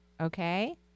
okay